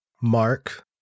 Mark